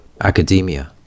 Academia